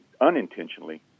unintentionally